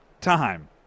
time